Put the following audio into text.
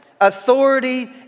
authority